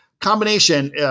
combination